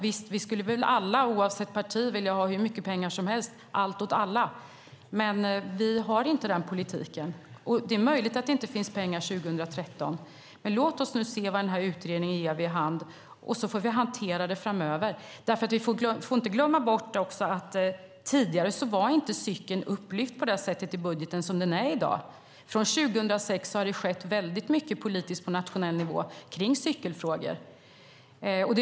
Vi skulle väl alla, oavsett parti, vilja ha hur mycket pengar som helst - allt åt alla! Men vi har inte den politiken. Det är möjligt att det inte finns pengar 2013, men låt oss se vad utredningen ger vid handen. Sedan får vi hantera det framöver. Vi får inte heller glömma bort att cykeln tidigare inte var upplyft i budgeten på samma sätt som i dag. Från 2006 har det skett väldigt mycket politiskt på nationell nivå i cykelfrågor.